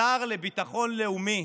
השר לביטחון לאומי,